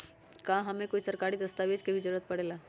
का हमे कोई सरकारी दस्तावेज के भी जरूरत परे ला?